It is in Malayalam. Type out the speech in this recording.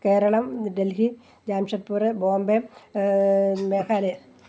കേരളം ഡൽഹി ജാംഷഡ്പൂർ ബോംബേ മേഘാലയ